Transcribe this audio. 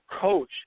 coach